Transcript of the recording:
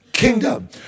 kingdom